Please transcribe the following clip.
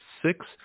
Six